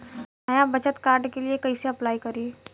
नया बचत कार्ड के लिए कइसे अपलाई करी?